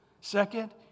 Second